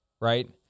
right